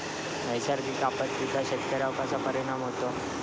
नैसर्गिक आपत्तींचा शेतकऱ्यांवर कसा परिणाम होतो?